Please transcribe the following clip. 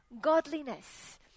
godliness